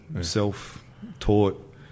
self-taught